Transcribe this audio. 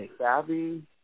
savvy